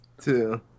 two